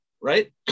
right